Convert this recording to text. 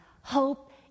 hope